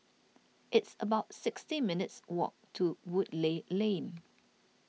it's about sixty minutes' walk to Woodleigh Lane